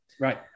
Right